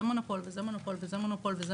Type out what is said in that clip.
מונופול ועל זה מונופול ועל זה מונופול.